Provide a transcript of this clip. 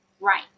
Right